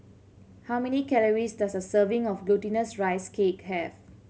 how many calories does a serving of Glutinous Rice Cake have